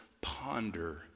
ponder